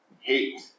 hate